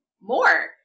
more